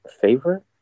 favorite